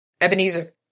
Ebenezer